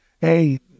Hey